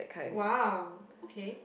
!wow! okay